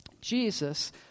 Jesus